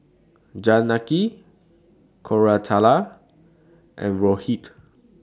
Janaki Koratala and Rohit